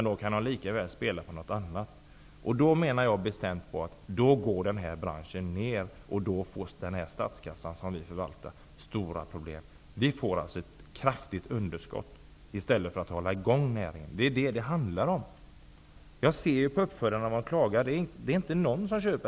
Då kan han lika väl spela på någonting annat, och då kommer den här branschen att ge stora underskott.